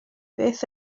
beth